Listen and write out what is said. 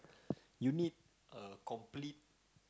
you need a complete